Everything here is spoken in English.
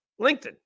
LinkedIn